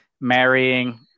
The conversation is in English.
marrying